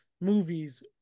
movies